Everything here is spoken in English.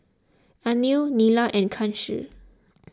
Anil Neila and Kanshi